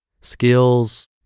skills